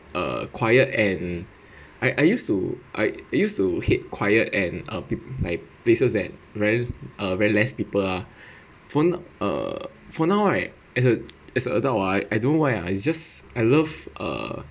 uh quiet and I I used to I used to hate quiet and pla~ like places that ver~ uh very less people ah for uh for now right as a as a adult right I don't why I just I love uh